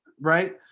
right